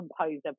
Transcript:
composer